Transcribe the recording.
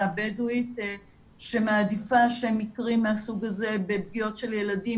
הבדואית שמעדיפה שמקרים מהסוג הזה בפגיעות של ילדים,